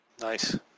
nice